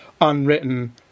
unwritten